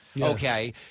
okay